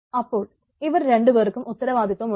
അപ്പോൾ ഇവർ രണ്ടു പേർക്കും ഉത്തരവാദിത്തം ഉണ്ട്